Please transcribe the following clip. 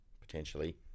potentially